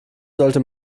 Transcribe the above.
sollte